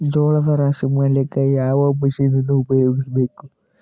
ಜೋಳದ ರಾಶಿ ಮಾಡ್ಲಿಕ್ಕ ಯಾವ ಮಷೀನನ್ನು ಉಪಯೋಗಿಸಬೇಕು?